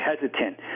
hesitant